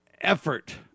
effort